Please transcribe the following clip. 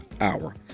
hour